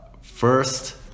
first